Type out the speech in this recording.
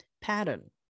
pattern